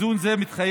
איזון זה מתחייב